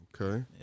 Okay